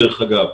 דרך אגב,